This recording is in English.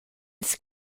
its